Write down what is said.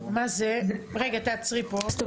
זה